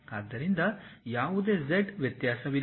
ಆದ್ದರಿಂದ ಯಾವುದೇ z ವ್ಯತ್ಯಾಸವಿಲ್ಲ